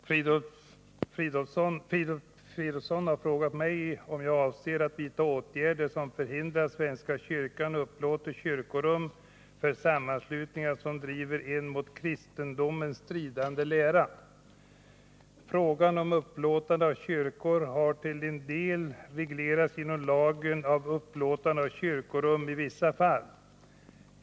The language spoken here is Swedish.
Fru talman! Filip Fridolfsson har frågat mig om jag avser att vidta åtgärder som förhindrar att svenska kyrkan upplåter kyrkorum för sammanslutningar som driver en mot kristendomen stridande lära. Frågan om upplåtande av kyrkor har till en del reglerats genom lagen om upplåtande av kyrkorum i vissa fall.